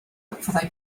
fyddai